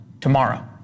tomorrow